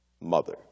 mother